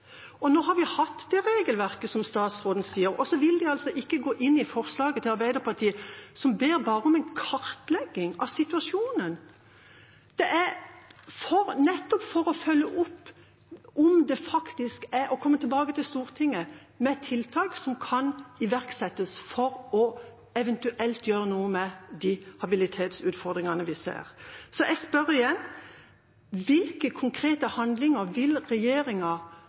Nå har vi hatt det regelverket statsråden nevner, og en vil altså ikke gå inn i forslaget til Arbeiderpartiet, som bare ber om en kartlegging av situasjonen – nettopp for å følge opp om en faktisk kommer tilbake til Stortinget med tiltak som kan iverksettes for eventuelt å gjøre noe med de habilitetsutfordringene vi ser. Så jeg spør igjen: Hvilke konkrete handlinger vil regjeringa